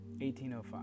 1805